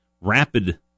rapid